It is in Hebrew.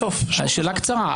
קצרה.